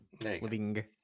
living